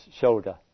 shoulder